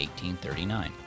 1839